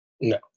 No